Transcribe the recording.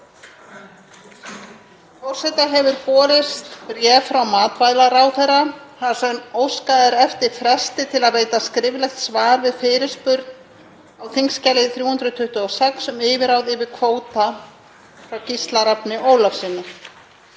Forseta hefur borist bréf frá matvælaráðherra þar sem óskað er eftir fresti til að veita skriflegt svar við fyrirspurn á þskj. 326, um yfirráð yfir kvóta, frá Gísla Rafni Ólafssyni.